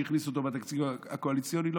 שהכניסו אותו בתקציב הקואליציוני.